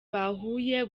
bahuye